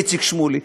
איציק שמולי,